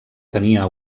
tenia